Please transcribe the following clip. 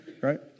right